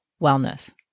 wellness